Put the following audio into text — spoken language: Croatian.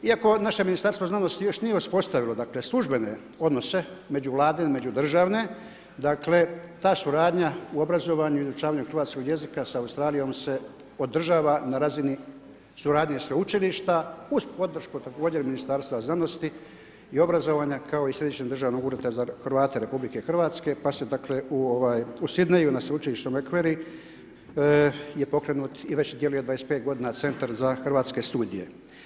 Iako naše Ministarstvo znanosti još nije uspostavilo, dakle, službene odnose, međuvladine, međudržavne, dakle, ta suradnja u obrazovanju i izučavanju hrvatskog jezika sa Australijom se odražava na razini suradnje sveučilišta, uz podršku također Ministarstva znanosti i obrazovanja, kao središnjeg državnog ureda za Hrvate RH pa su dakle, u Sydney na sveučilištu u … je pokrenut i veći djeluje 25 g. centar za hrvatske studije.